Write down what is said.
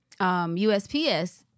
USPS